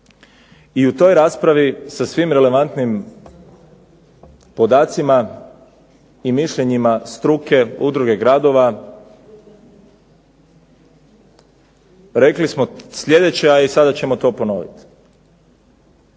I u toj raspravi sa svim relevantnim podacima i mišljenjima struke, udruge gradova rekli smo sljedeće, a i sada ćemo to ponovit.